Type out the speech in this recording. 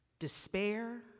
Despair